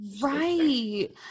right